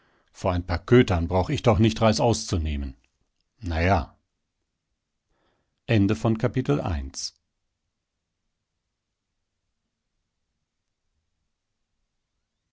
vor ein paar kötern brauch ich doch nicht reißaus zu nehmen na ja